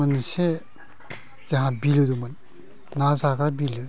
मोनसे जाहा बिलो दंमोन ना जाग्रा बिलो